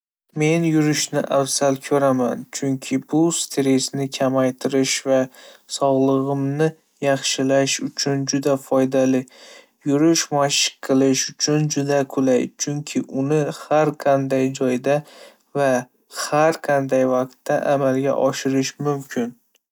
Men yurishni afzal ko'raman, chunki bu stressni kamaytirish va sog'lig'imni yaxshilash uchun juda foydali. Yurish mashq qilish uchun juda qulay, chunki uni har qanday joyda va har qanday vaqtda amalga oshirish mumkin.